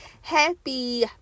Happy